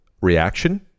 reaction